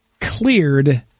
cleared